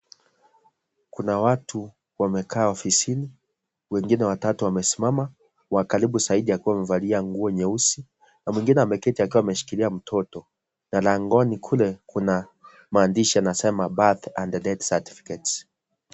Kuna watu wamekaa ofisini wengine watatu wamesimama wa karibu zaidi akiwa amevalia nguo nyeusi na mwingine ameketi akiwa ameshikilia mtoto na langoni kule kuna maandishi yanasema birth and death certificates